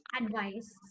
advice